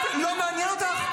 לא מעניין אותך חטופים?